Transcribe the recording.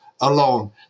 alone